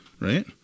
right